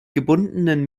gebundenen